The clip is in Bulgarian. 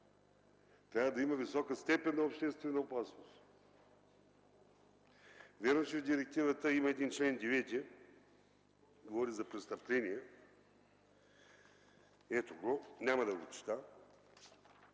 Трябва да има висока степен на обществена опасност. Вярно е, че в директивата има един чл. 9 – говори за престъпление – ето го, няма да го чета,